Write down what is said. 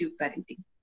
parenting